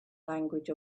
language